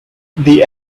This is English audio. the